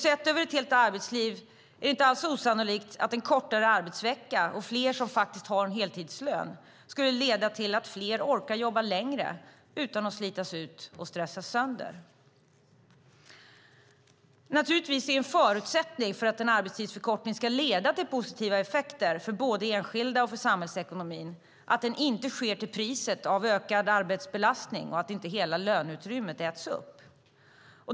Sett över ett helt arbetsliv är det inte alls osannolikt att en kortare arbetsvecka och fler som har en heltidslön skulle leda till att fler orkar jobba längre utan att slitas ut och stressas sönder. En förutsättning för att en arbetstidsförkortning ska leda till positiva effekter för både enskilda och samhällsekonomin är naturligtvis att den inte sker till priset av ökad arbetsbelastning och att inte hela löneutrymmet äts upp.